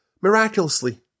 miraculously